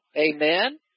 Amen